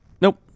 Nope